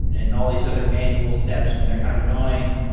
and and all these other manual steps, and they're kind of annoying.